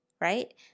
right